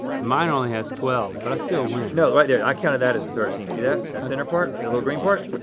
mine only has twelve, but i still win. no, right there, i counted that as the thirteenth, see that? that center part? that little green part?